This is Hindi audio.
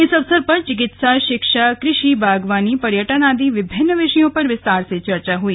इस अवसर पर चिकित्सा शिक्षा कृषि बागवानी पर्यटन आदि विभिन्न विषयों पर विस्तार से चर्चा हुई